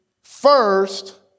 first